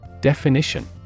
Definition